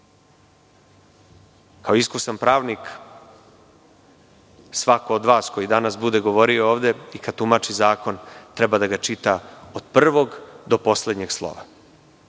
Kao iskusan pravnik svako od vas koji danas bude govorio ovde i kad tumači zakon treba da ga čita od prvog do poslednjeg slova.